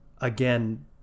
Again